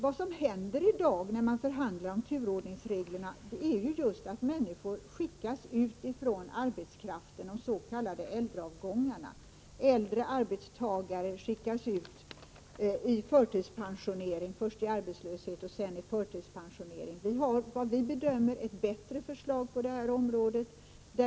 Vad som händer när man i dag förhandlar om turordningsreglerna är just att människor skickas ut från arbetsplatserna med de s.k. äldreavgångarna. Äldre arbetstagare skickas ut först i arbetslöshet och sedan i förtidspensionering. Vi har enligt vår bedömning ett bättre förslag på området.